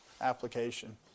application